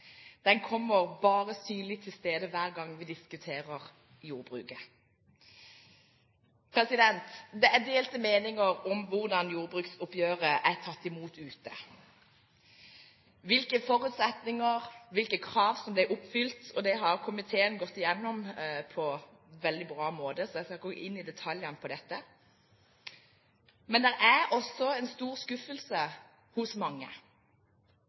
Den er bare synlig hver gang vi diskuterer jordbruket. Det er delte meninger om hvordan jordbruksoppgjøret er tatt imot ute, hvilke forutsetninger, hvilke krav, som blir oppfylt. Det har komiteen gått igjennom på en veldig bra måte, så jeg skal ikke gå inn i detaljene på dette. Men det er også en stor skuffelse hos mange.